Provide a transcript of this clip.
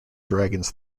dragons